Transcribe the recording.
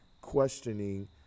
questioning